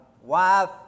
wife